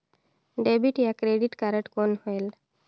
Debit या credit card कौन होएल?